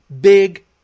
Big